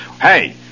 Hey